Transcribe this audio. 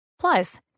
Plus